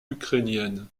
ukrainienne